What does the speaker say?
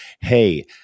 hey